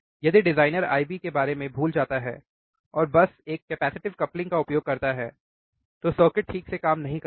यदि designer IB के बारे में भूल जाता है और बस एक कैपेसिटिव कपलिंग का उपयोग करता है तो सर्किट ठीक से काम नहीं करेगा